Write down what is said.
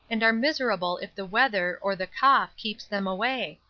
and are miserable if the weather, or the cough, keeps them away.